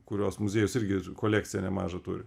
kurios muziejus irgi kolekciją nemažą turi